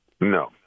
No